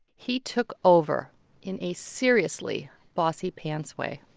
he took over in a seriously bossy pants way.